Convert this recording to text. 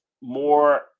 more